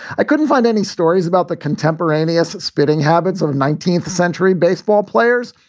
i couldn't find any stories about the contemporaneous spitting habits of a nineteenth century baseball players.